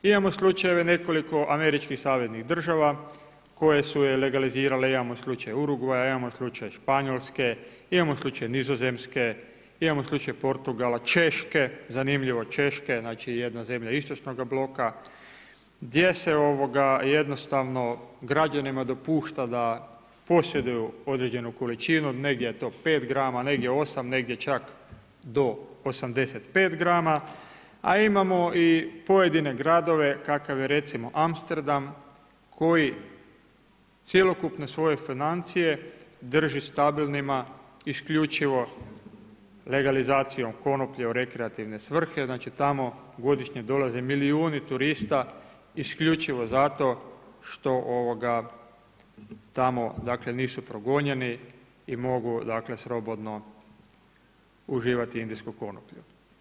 Imamo slučajeve nekoliko američkih saveznih država koje su je legalizirale, imamo slučaj Urugvaja, imamo slučaj Španjolske, imamo slučaj Nizozemske, imamo slučaj Portugala, Češke, zanimljivo Češke jedna zemlja istočnoga bloka, gdje se jednostavno građanima dopušta da posjeduju određenu količinu, negdje je to 5 grama, negdje 8, negdje čak do 85 grama, a imamo i pojedine gradove kakav je recimo Amsterdam koji cjelokupne svoje financije drži stabilnima isključivo legalizacijom konoplje u rekreativne svrhe, tamo godišnje dolaze milijuni turista isključivo zato što tamo nisu progonjeni i mogu slobodno uživati indijsku konoplju.